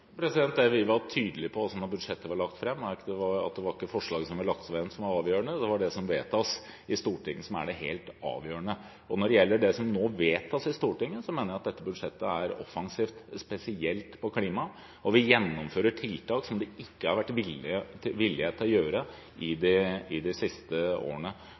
var tydelige på da budsjettet ble lagt fram, var at det ikke var forslaget som var lagt fram, som var avgjørende. Det er det som vedtas i Stortinget, som er det helt avgjørende. Når det gjelder dette budsjettet som nå vedtas i Stortinget, mener jeg at det er offensivt, spesielt på klima. Vi gjennomfører tiltak som det ikke har vært vilje til å gjennomføre i de siste årene. Det viktige for Venstre er å se på hva partier faktisk er villige til å gjøre,